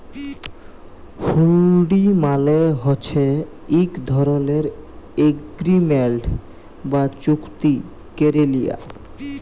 হুল্ডি মালে হছে ইক ধরলের এগ্রিমেল্ট বা চুক্তি ক্যারে লিয়া